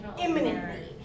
imminently